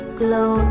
glow